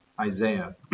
Isaiah